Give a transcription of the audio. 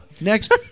Next